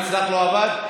גם אצלך לא עבד?